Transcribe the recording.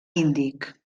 índic